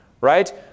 right